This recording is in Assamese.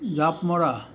জাঁপ মৰা